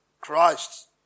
Christ